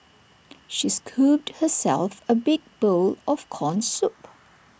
she scooped herself A big bowl of Corn Soup